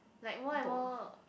like more and more